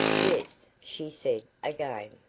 yes, she said, again.